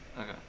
Okay